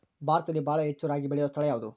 ಭಾರತದಲ್ಲಿ ಬಹಳ ಹೆಚ್ಚು ರಾಗಿ ಬೆಳೆಯೋ ಸ್ಥಳ ಯಾವುದು?